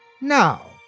Now